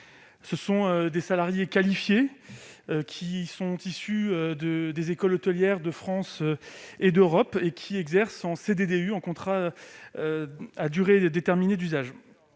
». Ces salariés qualifiés, issus des écoles hôtelières de France et d'Europe, et qui exercent en contrat à durée déterminée d'usage